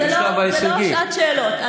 זו לא שעת שאלות.